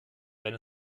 wenn